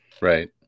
right